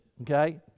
Okay